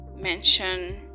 mention